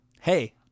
hey